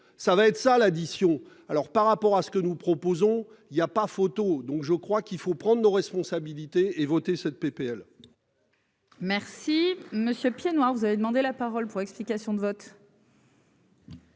ça va être ça l'addition. Alors par rapport à ce que nous proposons, il y a pas photo. Donc je crois qu'il faut prendre nos responsabilités et voter cette PPL.-- Merci monsieur Piednoir, vous avez demandé la parole pour explication de vote.--